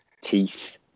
Teeth